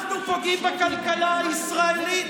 אנחנו פוגעים בכלכלה הישראלית?